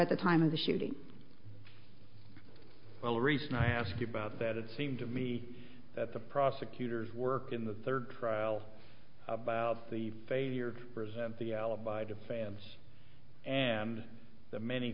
at the time of the shooting well the reason i ask you about that it seemed to me that the prosecutors worked in the third trial about the failure present the alibi of fans and the many